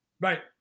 Right